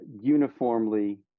uniformly